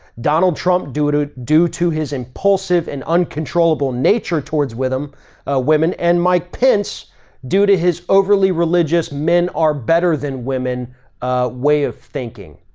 donald trump due to due to his impulsive and uncontrollable nature towards um women, and mike pence due to his overly religious men are better than women way of thinking.